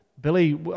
Billy